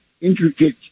intricate